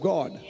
God